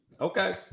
Okay